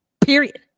Period